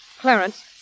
Clarence